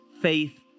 faith